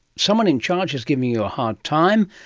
someone in charge is giving you a hard time,